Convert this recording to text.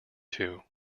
two